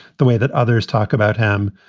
the way that others talk about him,